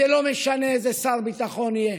זה לא משנה איזה שר ביטחון יהיה,